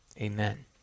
Amen